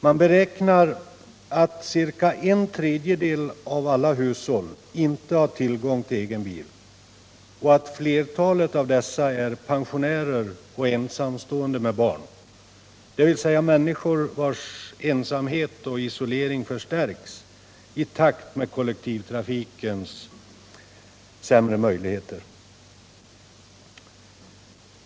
Man beräknar att ca en tredjedel av alla hushåll inte har tillgång till egen bil och att flertalet av dessa är pensionärer och ensamstående med barn — dvs. människor vars ensamhet och isolering förstärks i takt med kollektivtrafikens sämre möjligheter.